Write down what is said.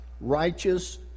Righteous